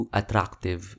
attractive